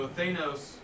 Thanos